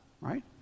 right